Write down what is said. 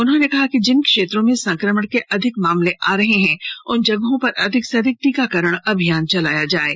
उन्होंने कहा कि जिन क्षेत्रों में संकमण के अधिक मामले आ रहे हैं उन जगहों पर अधिक से अधिक टीकाकरण अभियान चलायें